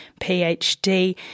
PhD